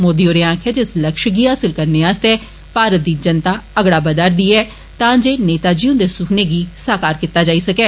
मोदी होरें आक्खेआ जे इस लक्ष्य गी हासिल करने आस्तै भारत दी जनता अगड़ा बदा रदी ऐ तां ते नेताजी हुन्दे सुखने गी साकार कीता जाई सकै